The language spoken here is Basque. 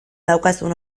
daukazun